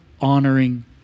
honoring